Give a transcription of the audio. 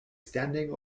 standing